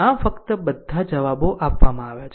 આમ ફક્ત બધા જવાબો આપવામાં આવ્યા છે